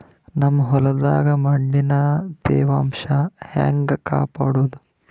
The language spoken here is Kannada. ನಮ್ ಹೊಲದಾಗ ಮಣ್ಣಿನ ತ್ಯಾವಾಂಶ ಹೆಂಗ ಕಾಪಾಡೋದು?